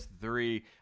three